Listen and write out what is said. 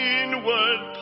inward